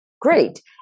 great